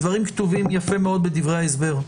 לא חשבתי שבאמת אפשר לעשות את זה.